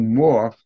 more